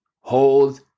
Hold